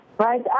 Right